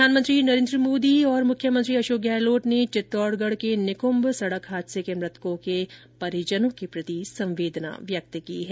प्रधानमंत्री नरेन्द्र मोदी और मुख्यमंत्री अशोक गहलोत ने चित्तौड़गढ़ के निक्म सड़क हादसे के मृतकों के परिजनों के प्रति संवेदना व्यक्त की है